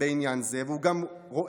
בעניין זה, והוא גם רואה